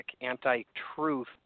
anti-truth